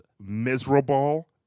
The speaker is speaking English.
miserable